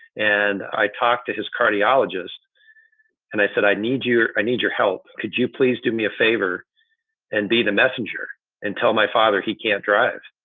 and i talked to his cardiologist and i said, i need you. i need your help. could you please do me a favor and be the messenger and tell my father he can't drive?